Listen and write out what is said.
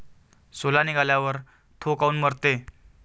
सोला निघाल्यावर थो काऊन मरते?